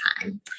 time